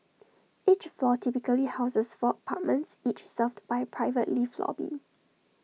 each floor typically houses four apartments each served by A private lift lobby